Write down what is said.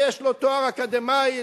ויש לו תואר אקדמי.